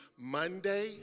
Monday